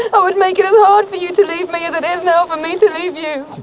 i would make it as hard for you to leave me as it is now for me to leave you.